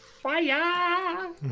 fire